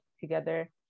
together